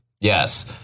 Yes